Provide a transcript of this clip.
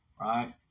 right